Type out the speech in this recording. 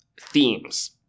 themes